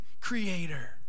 creator